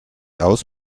aus